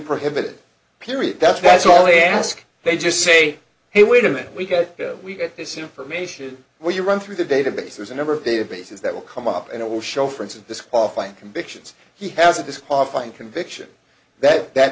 prohibited period that's that's all they ask they just say hey wait a minute we got we get this information where you run through the database there's a number of databases that will come up and it will show for instance this offline convictions he has a disqualifying conviction that that